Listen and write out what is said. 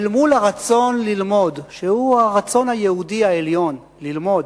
אל מול הרצון ללמוד, שהוא הרצון היהודי ללמוד,